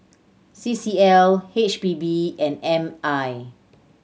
C C L H P B and M I